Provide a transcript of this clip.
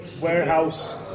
Warehouse